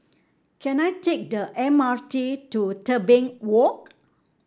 can I take the M R T to Tebing Walk